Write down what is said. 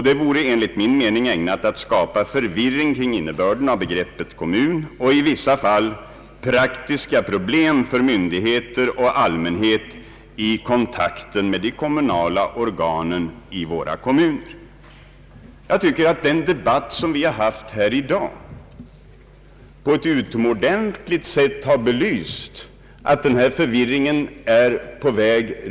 Det vore enligt min mening ägnat att skapa förvirring kring innebörden av begreppet kommun och att i vissa fall vålla praktiska problem för myndigheter och allmänhet i kontakten med de kommunala organen i våra kommuner. Jag tycker att den debatt som vi har haft här i dag på ett utomordentligt sätt har belyst att denna förvirring redan nu är på väg.